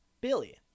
Billy